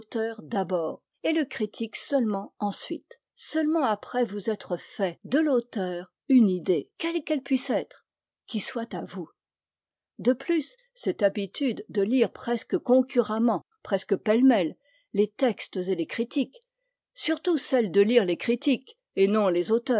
d'abord et le critique seulement ensuite seulement après vous être fait de l'auteur une idée quelle qu'elle puisse être qui soit à vous de plus cette habitude de lire presque concurremment presque pêle-mêle les textes et les critiques surtout celle de lire les critiques et non les